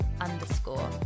underscore